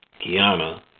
Kiana